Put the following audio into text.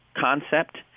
concept